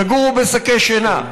תגורו בשקי שינה.